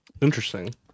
Interesting